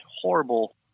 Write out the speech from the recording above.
horrible